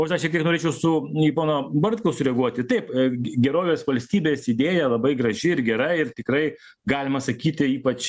o aš dar šiek tiek norėčiau su į poną bartkų sureaguoti taip g gerovės valstybės idėja labai graži ir gera ir tikrai galima sakyti ypač